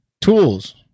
Tools